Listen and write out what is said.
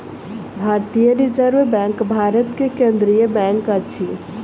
भारतीय reserve bank Bharat के केंद्रीय बैंक अछि